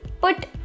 put